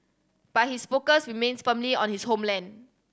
but his focus remains firmly on his homeland